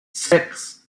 six